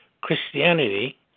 Christianity